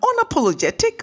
unapologetic